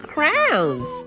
Crowns